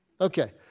Okay